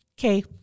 Okay